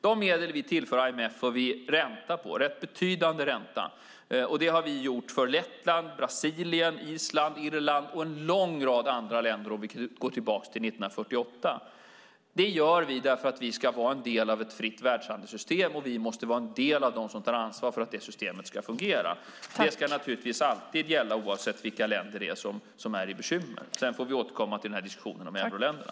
De medel vi tillför IMF får vi ränta på, rätt betydande ränta. Det har vi gjort för Lettland, Brasilien, Island, Irland och en lång rad andra länder om vi går tillbaka till 1948. Det gör vi därför att vi ska vara en del av ett fritt världshandelssystem, och vi måste vara en del av dem som tar ansvar för att det systemet ska fungera. Det ska naturligtvis alltid gälla, oavsett vilka länder det är som har bekymmer. Vi får återkomma till diskussionen om euroländerna.